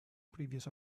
previous